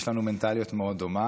יש לנו מנטליות מאוד דומה.